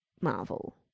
Marvel